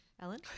ellen